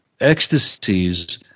ecstasies